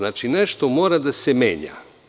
Nešto mora da se menja.